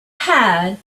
had